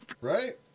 Right